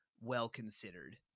well-considered